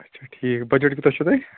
اَچھا ٹھیٖک بَجٹ کوٗتاہ چھُو تۄہہِ